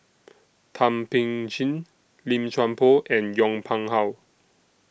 Thum Ping Tjin Lim Chuan Poh and Yong Pung How